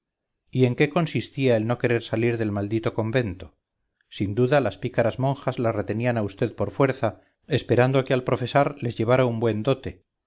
y en qué consistía el no querer salir del maldito convento sin duda las pícaras monjas la retenían a vd por fuerza esperando que al profesar les llevara un buen dote